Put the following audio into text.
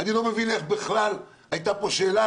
אני לא מבין איך בכלל הייתה פה שאלה,